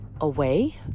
away